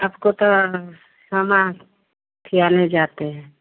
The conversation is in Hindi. आपको तो समा खियाने जाते हैं